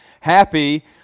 Happy